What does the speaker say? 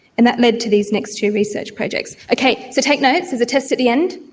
and that led to these next two research projects. okay, so take notes, there's a test at the end.